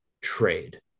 trade